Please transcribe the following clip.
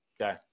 okay